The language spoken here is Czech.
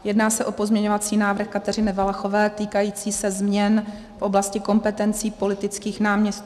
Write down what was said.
Jedná se o pozměňovací návrh Kateřiny Valachové týkající se změn v oblasti kompetencí politických náměstků.